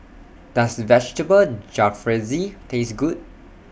Does Vegetable Jalfrezi Taste Good